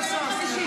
אדוני היושב-ראש,